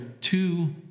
two